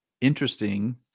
interesting